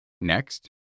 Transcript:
Next